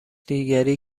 دیگری